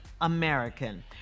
American